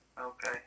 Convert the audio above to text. Okay